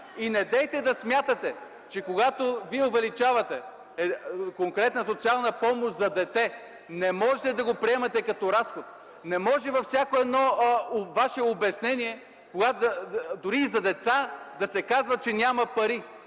Недейте да смятате, че когато увеличавате конкретна социална помощ за дете, не може да го приемете като разход. Не може във всяко едно ваше обяснение дори и за деца да се казва, че няма пари.